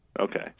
Okay